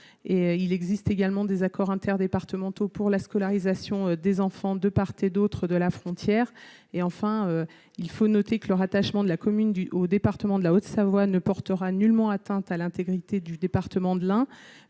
il existe également des accords inter-départementaux pour la scolarisation des enfants de part et d'autre de la frontière, et enfin il faut noter que le rattachement de la commune du au département de la Haute-Savoie ne portera nullement atteinte à l'intégrité du département de l'Ain,